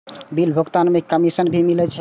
Bill भुगतान में commission भी मिले छै?